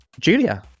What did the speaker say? Julia